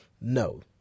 no